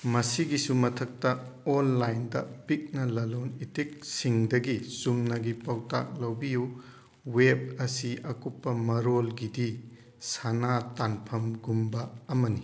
ꯃꯁꯤꯒꯤꯁꯨ ꯃꯊꯛꯇ ꯑꯣꯟꯂꯥꯏꯟꯗ ꯄꯤꯛꯅ ꯂꯂꯣꯟ ꯏꯇꯤꯛ ꯁꯤꯡꯗꯒꯤ ꯆꯨꯝꯅꯒꯤ ꯄꯥꯎꯇꯥꯛ ꯂꯧꯕꯤꯌꯨ ꯋꯦꯚ ꯑꯁꯤ ꯑꯀꯨꯞꯄ ꯃꯔꯣꯜꯒꯤꯗꯤ ꯁꯅꯥ ꯇꯥꯟꯐꯝ ꯒꯨꯝꯕ ꯑꯃꯅꯤ